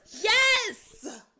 Yes